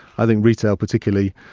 i think retail, particularly,